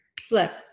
Flip